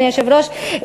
אדוני היושב-ראש,